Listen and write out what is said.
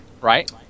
Right